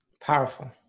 Powerful